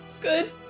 Good